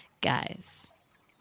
guys